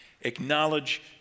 Acknowledge